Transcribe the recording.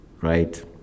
right